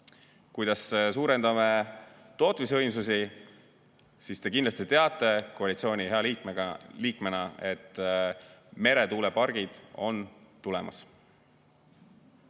Kuidas me suurendame tootmisvõimsusi? Te kindlasti teate koalitsiooni hea liikmena, et meretuulepargid on tulemas.